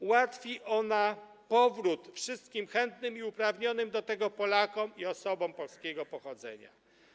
Ułatwi ona powrót wszystkim chętnym i uprawnionym do tego Polakom i osobom polskiego pochodzenia.